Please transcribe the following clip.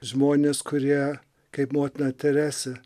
žmonės kurie kaip motina teresė